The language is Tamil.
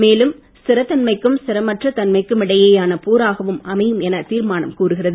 மேலும் நிலைத்த தன்மைக்கும் நிலையில்லா தன்மைக்கும் இடையேயான போராகவும் அமையும் என தீர்மானம் கூறுகிறது